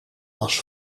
was